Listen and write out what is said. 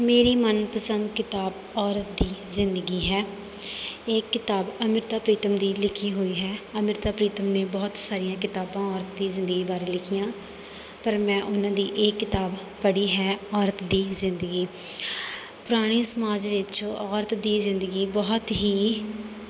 ਮੇਰੀ ਮਨਪਸੰਦ ਕਿਤਾਬ ਔਰਤ ਦੀ ਜ਼ਿੰਦਗੀ ਹੈ ਇਹ ਕਿਤਾਬ ਅੰਮ੍ਰਿਤਾ ਪ੍ਰੀਤਮ ਦੀ ਲਿਖੀ ਹੋਈ ਹੈ ਅੰਮ੍ਰਿਤਾ ਪ੍ਰੀਤਮ ਨੇ ਬਹੁਤ ਸਾਰੀਆਂ ਕਿਤਾਬਾਂ ਔਰਤ ਦੀ ਜ਼ਿੰਦਗੀ ਬਾਰੇ ਲਿਖੀਆਂ ਪਰ ਮੈਂ ਉਹਨਾਂ ਦੀ ਇਹ ਕਿਤਾਬ ਪੜ੍ਹੀ ਹੈ ਔਰਤ ਦੀ ਜ਼ਿੰਦਗੀ ਪੁਰਾਣੇ ਸਮਾਜ ਵਿੱਚ ਔਰਤ ਦੀ ਜ਼ਿੰਦਗੀ ਬਹੁਤ ਹੀ